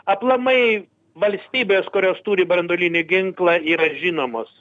aplamai valstybės kurios turi branduolinį ginklą yra žinomos